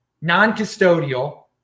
non-custodial